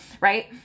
right